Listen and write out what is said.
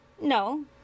No